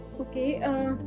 Okay